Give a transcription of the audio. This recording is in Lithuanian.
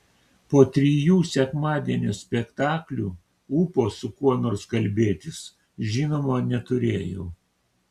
po trijų sekmadienio spektaklių ūpo su kuo nors kalbėtis žinoma neturėjau